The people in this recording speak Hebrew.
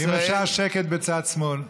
אם אפשר שקט בצד שמאל.